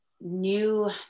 new